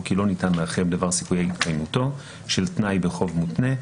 או כי לא ניתן להכריע בדבר סיכויי התקיימותו של תנאי בחוב מותנה,